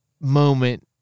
moment